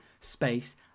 space